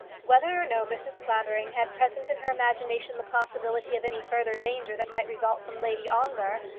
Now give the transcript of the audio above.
whether or no mrs. clavering had present in her imagination the possibility of any further danger that might result from lady ongar,